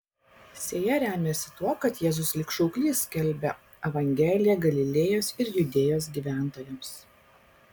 sėja remiasi tuo kad jėzus lyg šauklys skelbia evangeliją galilėjos ir judėjos gyventojams